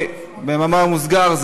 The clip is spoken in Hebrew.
במאמר מוסגר,